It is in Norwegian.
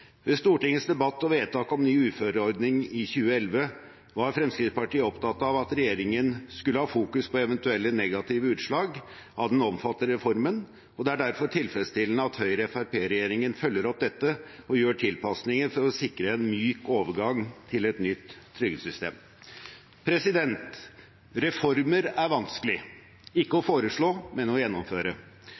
Ved Stortingets debatt og vedtak om ny uføreordning i 2011 var Fremskrittspartiet opptatt av at regjeringen skulle ha fokus på eventuelle negative utslag av den omfattende reformen, og det er derfor tilfredsstillende at Høyre–Fremskrittsparti-regjeringen følger opp dette og gjør tilpasninger for å sikre en myk overgang til et nytt trygdesystem. Reformer er vanskelig – ikke å foreslå, men å gjennomføre.